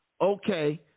okay